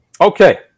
Okay